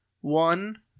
One